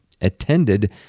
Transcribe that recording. attended